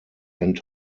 and